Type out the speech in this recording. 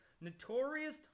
notorious